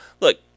look